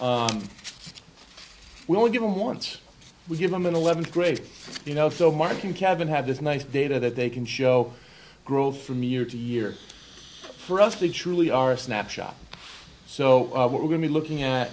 were given once we give them an eleventh grade you know so marking cabin have this nice data that they can show growth from year to year for us they truly are a snapshot so we're going to be looking at